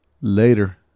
later